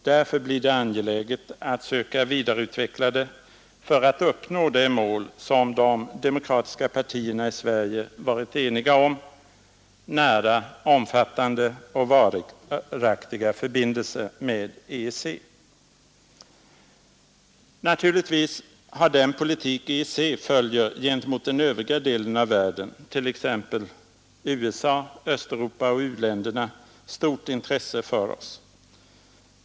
Därför blir det angeläget att söka vidareutveckla det för att uppnå det mål som de demokratiska partierna i Sverige varit eniga om: nära, omfattande och varaktiga förbindelser med EEC. Naturligtvis har den politik EEC följer gentemot den övriga delen av världen, t.ex. USA, Östeuropa och u-länderna, stort intresse för oss.